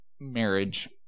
marriage